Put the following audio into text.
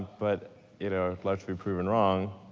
but you know love to be proven wrong.